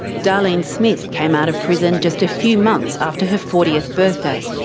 darlene smith came out of prison just a few months after her fortieth birthday.